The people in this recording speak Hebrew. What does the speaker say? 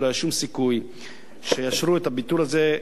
שלא היה שום סיכוי שיאשרו את הביטול הזה,